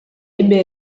ebbe